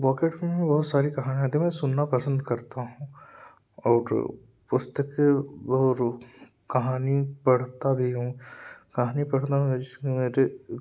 pocket में बहुत सारी कहानियाँ आती हैं मैं सुनना पसंद करता हूँ और पुस्तके वह रु कहानी पढ़ता भी हूँ कहानी पढ़ना ये सब मेरे